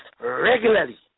regularly